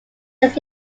his